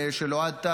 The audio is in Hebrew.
של אוהד טל,